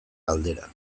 galdera